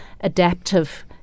adaptive